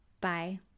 Bye